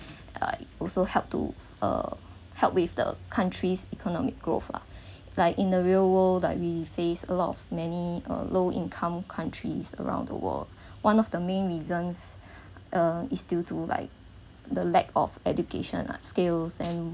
like also help to uh help with the country's economic growth lah like in the real world that we faced a lot of many uh low income countries around the world one of the main reasons uh is due to like the lack of education like skills and